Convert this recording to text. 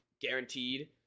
guaranteed